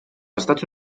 estats